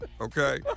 okay